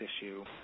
issue